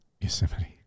Yosemite